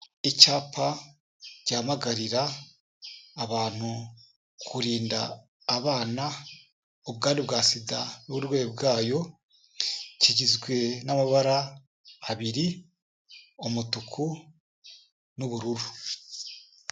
Icyapa gihamagarira abantu kurinda abana ubwandu bwa SIDA n'uburwayi bwayo kigizwe n'amabara abiri: umutuku n'ubururu.